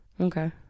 Okay